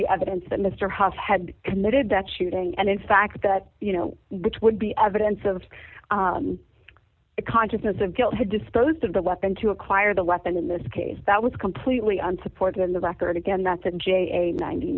the evidence that mr hasse had committed that shooting and in fact that you know which would be evidence of a consciousness of guilt had disposed of the weapon to acquire the weapon in this case that was completely unsupported in the record again that's and j a ninety